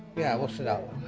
yeah, we'll sit out.